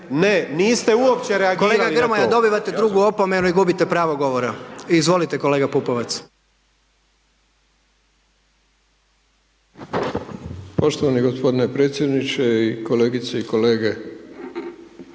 ne, niste uopće reagirali na to./… Kolega Grmoja dobivate drugu opomenu i gubite pravo govora, izvolite kolega Pupovac. **Pupovac, Milorad (SDSS)** Poštovani g. predsjedniče i kolegice i kolege.